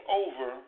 over